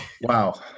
Wow